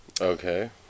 Okay